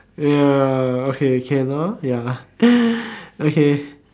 ya okay can lor ya okay